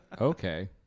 Okay